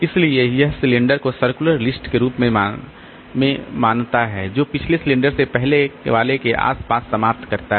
इसलिए यह सिलिंडर को सर्कुलर लिस्ट के रूप में मानता है जो पिछले सिलेंडर से पहले वाले के आसपास समाप्त करता है